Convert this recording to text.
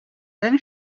then